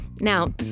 Now